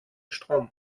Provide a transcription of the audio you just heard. strom